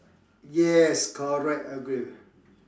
yes correct agree